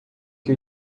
que